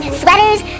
sweaters